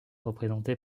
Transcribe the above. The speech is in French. représenté